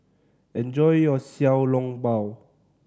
enjoy your Xiao Long Bao